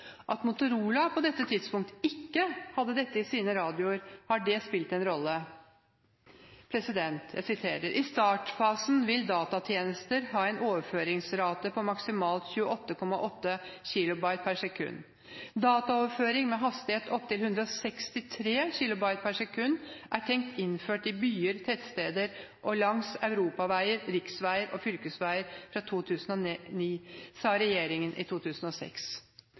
At Motorola på dette tidspunktet ikke hadde dette i sine radioer, har det spilt en rolle? «I startfasen vil datatjenester ha en overføringsrate på maksimalt 28,8 kb/s. Dataoverføring med hastighet opp til 163 kb/s er tenkt innført i byer, tettsteder og langs europaveier, riksveier og fylkesveier fra 2009.» Dette sa regjeringen i 2006.